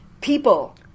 people